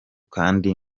kandi